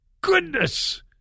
goodness